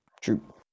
True